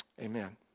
Amen